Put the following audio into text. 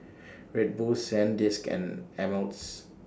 Red Bull Sandisk and Ameltz